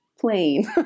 plain